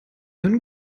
einen